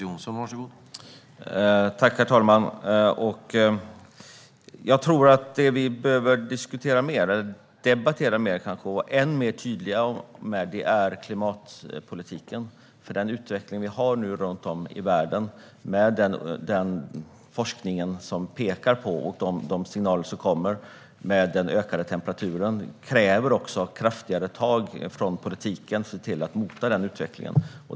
Herr talman! Vad vi behöver diskutera mer och vara än tydliga med är klimatpolitiken. Den utveckling vi har runt om i världen, forskningen och signalerna om den ökande temperaturen kräver kraftigare tag från politiken för att man ska se till att mota den utvecklingen.